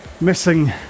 missing